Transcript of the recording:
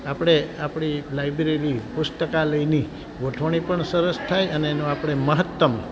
આપણે આપણી લાઈબ્રેરી પુસ્તકાલયની ગોઠવણી પણ સરસ થાય અને એનો આપણે મહત્તમ